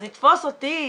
אז לתפוס אותי אישית,